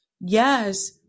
yes